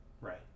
Right